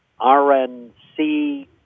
RNC